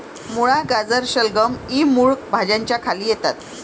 मुळा, गाजर, शलगम इ मूळ भाज्यांच्या खाली येतात